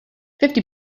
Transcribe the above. fifty